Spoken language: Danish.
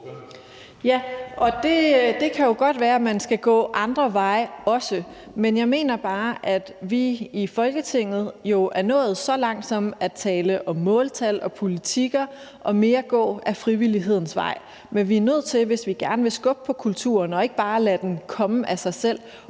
Ja, og det kan jo godt være, at man også skal gå andre veje, men jeg mener bare, at vi i Folketinget jo er nået så langt som at tale om måltal og politikker og mere gå ad frivillighedens vej. Men vi er nødt til, hvis vi gerne vil skubbe på kulturen og ikke bare lade den komme af sig selv,